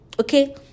okay